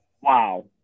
wow